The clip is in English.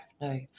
no